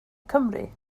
cymru